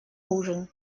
ужин